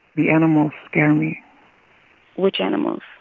the animals scare me which animals?